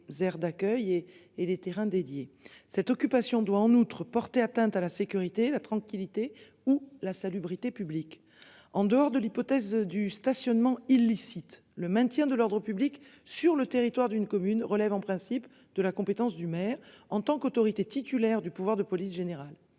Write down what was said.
cette occupation doit en outre porter atteinte à la sécurité et la tranquillité ou la salubrité publique en dehors de l'hypothèse du stationnement illicite le maintien de l'ordre public sur le territoire d'une commune relève en principe de la compétence du maire en tant qu'autorité titulaires du pouvoir de police générale